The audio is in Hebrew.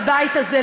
בבית הזה,